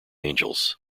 angels